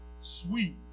Sweet